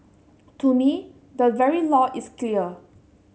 to me the very law is clear